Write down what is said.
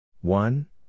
one